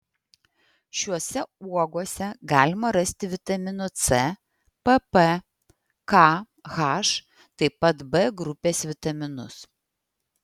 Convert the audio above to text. šiose uogose galima rasti vitaminų c pp k h taip pat b grupės vitaminus